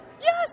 yes